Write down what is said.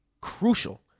crucial